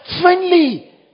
Friendly